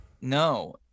No